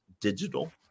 digital